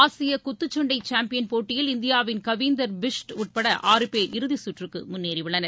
ஆசிய குத்துச்சண்டை சாம்பியன் போட்டியில் இந்தியாவின் கவிந்தர் பிஸ்த் உட்பட ஆறு பேர் இறுதி சுற்றுக்கு முன்னேறி உள்ளனர்